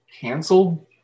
canceled